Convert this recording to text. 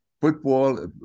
football